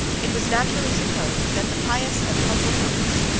it was naturally supposed, that the pious and humble monks,